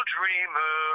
Dreamer